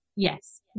Yes